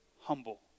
humble